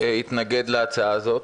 שיתנגד להצעה הזאת,